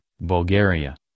Bulgaria